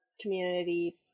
community